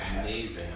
amazing